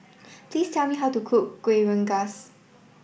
please tell me how to cook Kueh Rengas